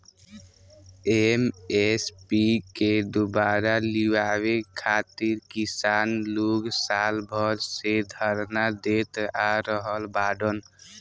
MSP के दुबारा लियावे खातिर किसान लोग साल भर से धरना देत आ रहल बाड़न